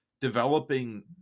developing